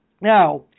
Now